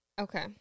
Okay